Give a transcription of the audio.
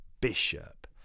Bishop